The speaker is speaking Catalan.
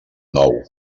nou